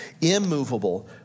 immovable